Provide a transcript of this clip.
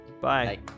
bye